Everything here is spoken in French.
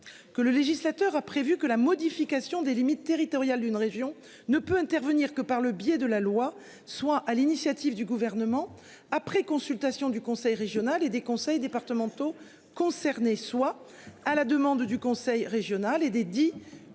Que le législateur a prévu que la modification des limites territoriales d'une région ne peut intervenir que par le biais de la loi, soit à l'initiative du gouvernement après consultation du conseil régional et des conseils départementaux concernés soit à la demande du conseil régional et des 10